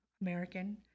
American